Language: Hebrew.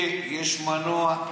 זה כמו אוטו, יש הגה, יש מנוע.